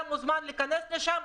אתה מוזמן להיכנס לשם.